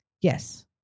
Yes